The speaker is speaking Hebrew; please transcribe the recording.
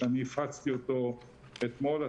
שאני הפצתי אותו אתמול,